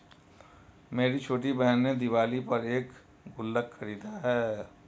मेरी छोटी बहन ने दिवाली पर एक गुल्लक खरीदा है